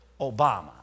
Obama